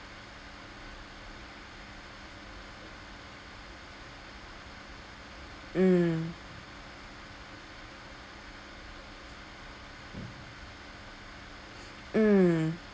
mm mm